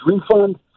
refund